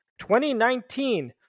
2019